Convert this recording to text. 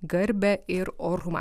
garbę ir orumą